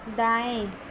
दाएं